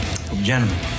Gentlemen